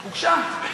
הוגשה.